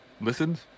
listened